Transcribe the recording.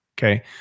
Okay